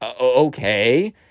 Okay